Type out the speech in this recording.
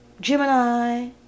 Gemini